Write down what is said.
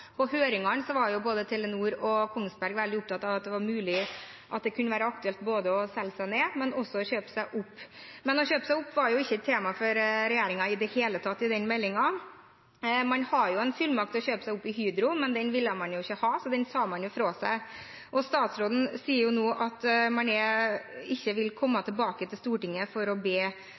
På høringene var både Telenor og Kongsberg Gruppen veldig opptatt av at det var mulig det kunne være aktuelt både å selge seg ned og å kjøpe seg opp. Men å kjøpe seg opp var ikke i det hele tatt et tema for regjeringen i den meldingen. Man hadde en fullmakt til å kjøpe seg opp i Hydro, men den ville man ikke ha, så den sa man fra seg. Statsråden sier nå at man ikke vil komme tilbake til Stortinget for å be